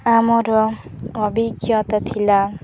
ଆମର ଅଭିଜ୍ଞତା ଥିଲା